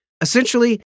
Essentially